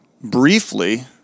Briefly